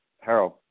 Harold